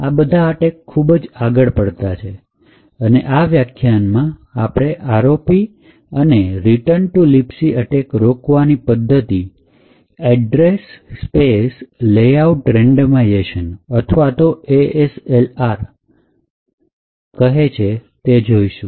આ બધા અટેક ખુબ જ આગળ પડતા છે અને આ વ્યાખ્યાનમાં આપણે ROP અને return to libc અટેક રોકવાની પદ્ધતિ એડ્રેસ સ્પેસ લેઆઉટ રેન્ડમાઇઝેશન અથવા તો ASLR કહે છે તે જોઈશું